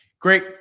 Great